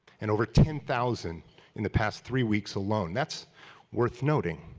and over ten thousand in the past three weeks alone. that's worth noting.